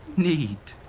need,